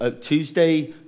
Tuesday